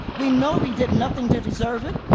we know we did nothing to deserve it,